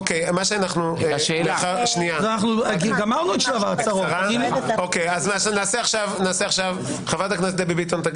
עכשיו תדבר חברת הכנסת דבי ביטון,